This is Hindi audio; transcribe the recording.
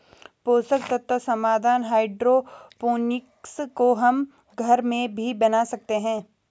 पोषक तत्व समाधान हाइड्रोपोनिक्स को हम घर में भी बना सकते हैं